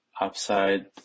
upside